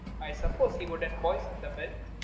i suppose he wouldn't poison the milk?